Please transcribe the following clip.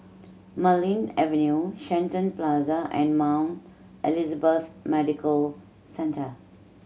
Marlene Avenue Shenton Plaza and Mount Elizabeth Medical Centre